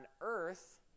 earth